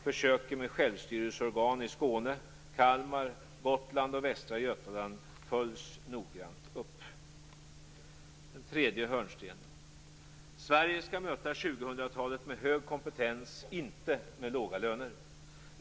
Försöken med självstyrelseorgan i Skåne, Kalmar, Gotland och Västra Götaland följs noggrant upp. För det tredje: Sverige skall möta 2000-talet med hög kompetens, inte med låga löner.